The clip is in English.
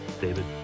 David